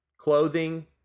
clothing